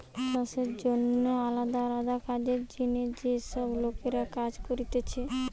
চাষের জন্যে আলদা আলদা কাজের জিনে যে সব লোকরা কাজ করতিছে